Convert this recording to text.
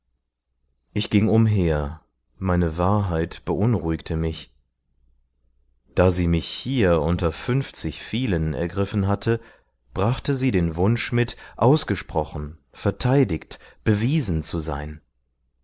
ich ging umher meine wahrheit beunruhigte mich da sie mich hier unter vielen ergriffen hatte brachte sie den wunsch mit ausgesprochen verteidigt bewiesen zu sein